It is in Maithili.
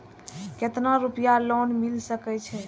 केतना रूपया लोन मिल सके छै?